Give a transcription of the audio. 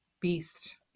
beast